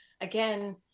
again